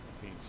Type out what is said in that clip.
peace